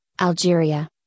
Algeria